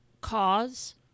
cause